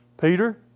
Peter